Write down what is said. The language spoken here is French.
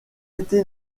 été